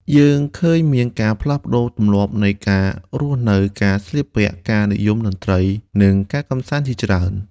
យើងឃើញមានការផ្លាស់ប្ដូរទម្លាប់នៃការរស់នៅ ការស្លៀកពាក់ ការនិយមតន្ត្រី និងការកម្សាន្តជាច្រើន។